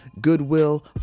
goodwill